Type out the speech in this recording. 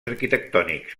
arquitectònics